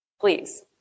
Please